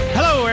Hello